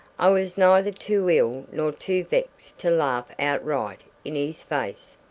i was neither too ill nor too vexed to laugh outright in his face.